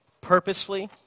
purposefully